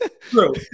True